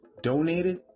donated